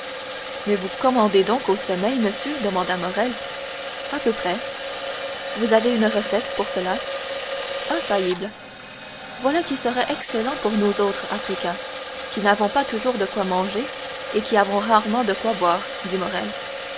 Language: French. mais vous commandez donc au sommeil monsieur demanda morrel à peu près vous avez une recette pour cela infaillible voilà qui serait excellent pour nous autres africains qui n'avons pas toujours de quoi manger et qui avons rarement de quoi boire dit morrel